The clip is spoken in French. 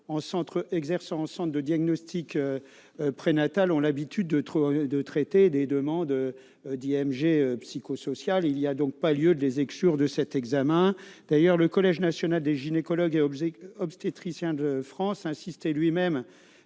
exerçant en centre de diagnostic prénatal ont l'habitude de traiter des demandes d'IMG pour détresse psychosociale. Il n'y a donc pas lieu de les exclure de cet examen. D'ailleurs le Collège national des gynécologues et obstétriciens français a lui-même